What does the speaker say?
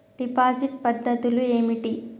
Deposit పద్ధతులు ఏమిటి?